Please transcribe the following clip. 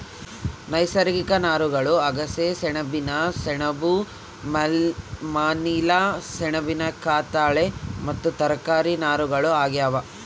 ನೈಸರ್ಗಿಕ ನಾರುಗಳು ಅಗಸೆ ಸೆಣಬಿನ ಸೆಣಬು ಮನಿಲಾ ಸೆಣಬಿನ ಕತ್ತಾಳೆ ಮತ್ತು ತರಕಾರಿ ನಾರುಗಳು ಆಗ್ಯಾವ